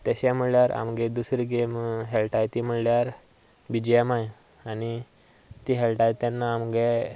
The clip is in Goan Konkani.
तशें म्हणल्यार आमची दुसरी गेम खेळटात ती म्हणल्यार बी जी एम आय आनी ती खेळटात तेन्ना आमचे